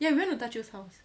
ya we went to 大舅 house